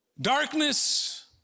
Darkness